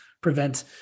prevent